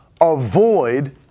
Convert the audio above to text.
Avoid